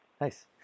Nice